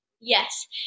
Yes